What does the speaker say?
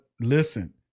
listen